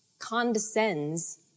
condescends